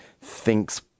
thinks